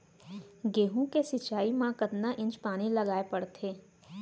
गेहूँ के सिंचाई मा कतना इंच पानी लगाए पड़थे?